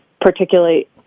particularly